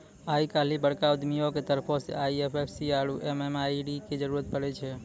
आइ काल्हि बड़का उद्यमियो के तरफो से आई.एफ.एस.सी आरु एम.एम.आई.डी के जरुरत पड़ै छै